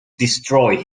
destroy